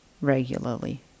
regularly